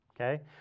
okay